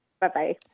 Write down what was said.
Bye-bye